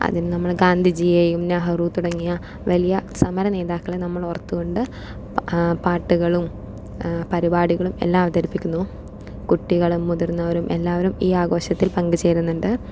അതിന് നമ്മൾ ഗാന്ധിജിയേയും നെഹ്റു തുടങ്ങിയ വലിയ സമര നേതാക്കളെ നമ്മൾ ഓർത്തുകൊണ്ട് പാട്ടുകളും പരിപാടികളും എല്ലാം അവതരിപ്പിക്കുന്നു കുട്ടികളും മുതിർന്നവരും എല്ലാവരും ഈ ആഘോഷത്തിൽ പങ്കുചേരുന്നുണ്ട്